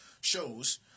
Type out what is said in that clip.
shows